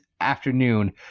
afternoon